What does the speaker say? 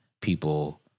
people